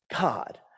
God